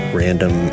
random